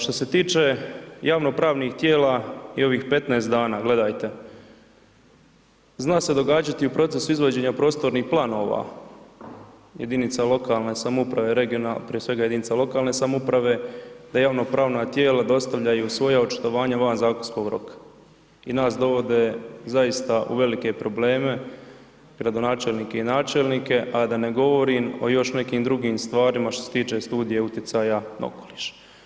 Što se tiče javno-pravnih tijela i ovih 15 dana, gledajte zna se događati u procesu izvođenja prostornih planova jedinica lokalne samouprave, regionalne, prije svega jedinice lokalne samouprave da javno-pravna tijela dostavljaju svoja očitovanja van zakonskog roka i nas dovode zaista u velike probleme, gradonačelnike i načelnike, a da ne govorim o još nekim drugim stvarima što se tiče studija utjecaja na okoliš.